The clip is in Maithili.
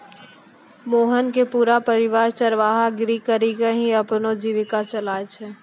मोहन के पूरा परिवार चरवाहा गिरी करीकॅ ही अपनो जीविका चलाय छै